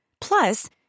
Plus